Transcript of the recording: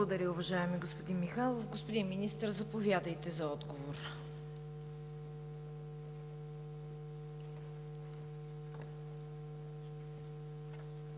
Благодаря, уважаеми господин Михайлов. Господин Министър, заповядайте за отговор.